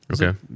Okay